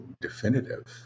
definitive